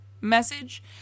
message